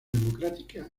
democrática